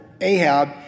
Ahab